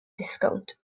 disgownt